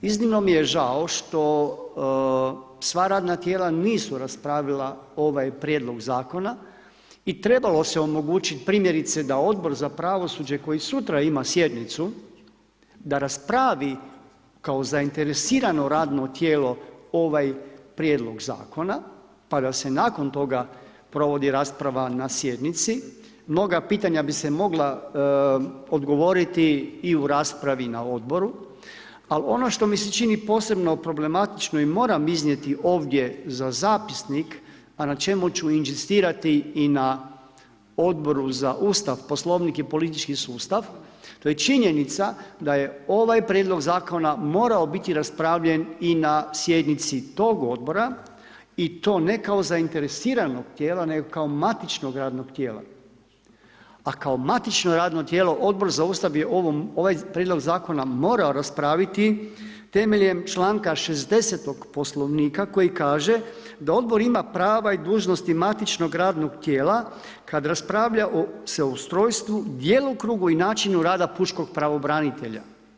Iznimno mi je žao što sva radna tijela nisu raspravila ovaj prijedlog zakona i trebalo se omogućit primjerice da Odbor za pravosuđe koji sutra ima sjednicu, da raspravi kao zainteresirano radno tijelo ovaj prijedlog zakona pa da se nakon toga provodi rasprava na sjednici, mnoga pitanja bi se mogla odgovoriti i u raspravi na odboru, ali on što mi se čini posebno problematično i moram iznijeti ovdje za zapisnik, a na čemu ću inzistirati na Odboru za Ustav, poslovnik i politički sustav, to je činjenica da je ovaj prijedlog zakona morao biti raspravljen i na sjednici tog odbora i to ne kao zainteresiranog tijela, nego kao matičnog radnog tijela, a kao matično radno tijelo Odbor za Ustav je ovaj prijedlog zakona morao raspraviti temeljem članka 60 Poslovnika koji kaže da odbor ima prava i dužnosti matičnog radnog tijela kad raspravlja se o ustrojstvu, djelokrugu i načinu rada pučkog pravobranitelja.